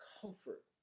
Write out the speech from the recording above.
comfort